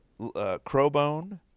Crowbone